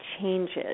changes